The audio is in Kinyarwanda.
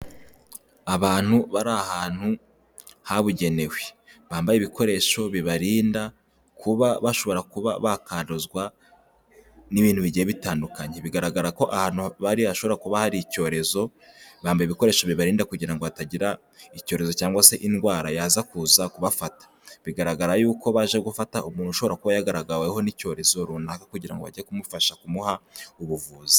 Abantu bari ahantu habugenewe, bambaye ibikoresho bibarinda kuba bashobora kuba bakanduzwa n'ibintu bigiye bitandukanye. Bigaragara ko ahantu bari hashobora kuba hari icyorezo bamba ibikoresho bibarinda kugira ngo hatagira icyorezo cyangwa se indwara yaza kuza kubafata. Bigaragara y'uko baje gufata umuntu ushobora kuba yagaragaweho n'icyorezo runaka, kugira ngo bajye kumufasha kumuha ubuvuzi.